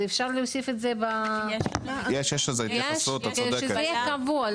שיהיה קבוע,